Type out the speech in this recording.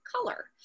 color